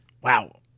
Wow